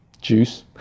juice